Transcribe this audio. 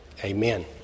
Amen